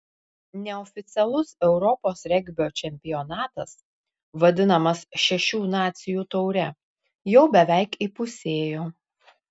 neoficialus europos regbio čempionatas vadinamas šešių nacijų taure jau beveik įpusėjo